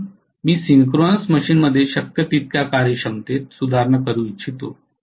म्हणून मी सिंक्रोनस मशीनमध्ये शक्य तितक्या कार्यक्षमतेत सुधारणा करू इच्छितो